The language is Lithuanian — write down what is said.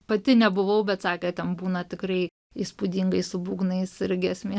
pati nebuvau bet sakė ten būna tikrai įspūdingai su būgnais ir giesmė